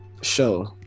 show